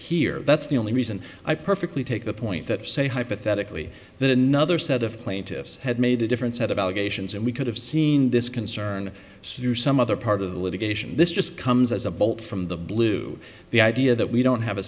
here that's the only reason i perfectly take the point that say hypothetically that another set of plaintiffs had made a different set of allegations and we could have seen this concern so there are some other part of the litigation this just comes as a bolt from the blue the idea that we don't have a